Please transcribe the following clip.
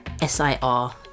S-I-R